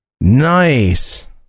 nice